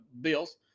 Bills